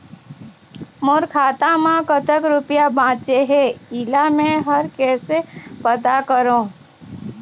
मोर खाता म कतक रुपया बांचे हे, इला मैं हर कैसे पता करों?